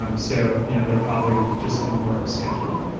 um so you know they're probably just in more of a schedule.